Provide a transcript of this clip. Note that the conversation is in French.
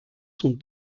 sont